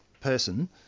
person